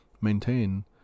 maintain